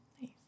Nice